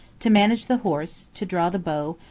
to manage the horse, to draw the bow,